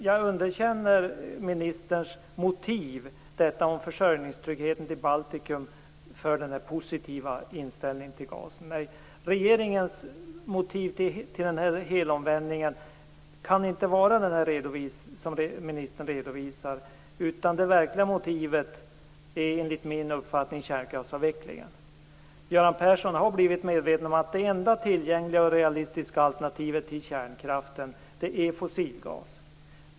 Jag underkänner ministerns motiv i fråga om detta med försörjningstryggheten i Baltikum och den positiva inställningen till gasen där. Regeringens motiv till helomvändningen kan inte vara det som ministern redovisar, utan det verkliga motivet är enligt min uppfattning kärnkraftsavvecklingen. Göran Persson har blivit medveten om att det enda tillgängliga och realistiska alternativet till kärnkraften är fossilgas.